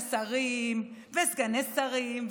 ממנה שרים וסגני שרים,